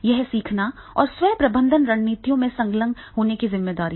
यह सीखने और स्वयं प्रबंधन रणनीतियों में संलग्न होने की जिम्मेदारी है